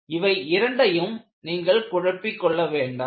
இவை இரண்டையும் நீங்கள் குழப்பிக்கொள்ள வேண்டாம்